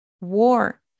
war